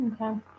Okay